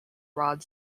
rod